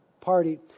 party